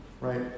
right